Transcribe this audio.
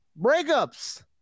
Breakups